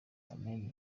armel